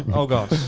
and oh god.